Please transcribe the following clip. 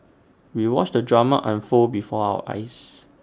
we watched the drama unfold before our eyes